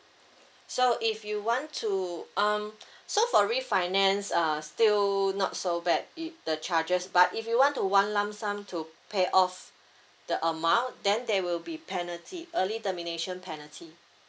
so if you want to um so for refinance uh still not so bad if the charges but if you want to one lump sum to pay off the amount then there will be penalty early termination penalty